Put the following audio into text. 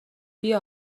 بیا